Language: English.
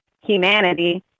humanity